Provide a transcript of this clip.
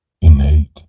innate